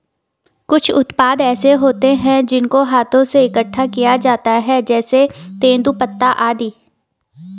कुछ उत्पाद ऐसे होते हैं जिनको हाथों से इकट्ठा किया जाता है जैसे तेंदूपत्ता आदि